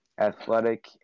athletic